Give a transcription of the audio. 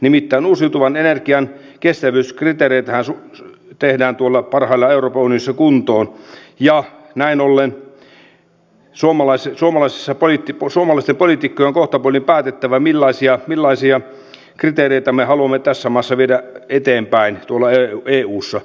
nimittäin uusiutuvan energian kestävyyskriteereitähän tehdään parhaillaan euroopan unionissa kuntoon ja näin ollen suomalaisten poliitikkojen on kohtapuoliin päätettävä millaisia kriteereitä me haluamme tässä maassa viedä eteenpäin tuolla eussa